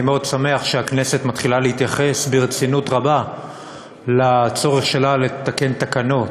אני מאוד שמח שהכנסת מתחילה להתייחס ברצינות רבה לצורך שלה לתקן תקנות.